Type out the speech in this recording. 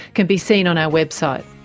can be seen on our website.